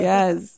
Yes